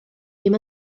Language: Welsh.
ddim